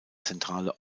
zentrale